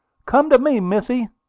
come to me, missy!